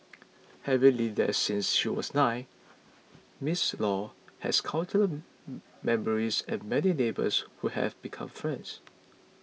having lived there since she was nine Ms Law has count name memories and many neighbours who have become friends